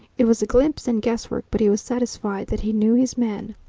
it was glimpse and guess-work, but he was satisfied that he knew his man.